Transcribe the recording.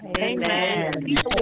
Amen